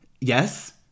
yes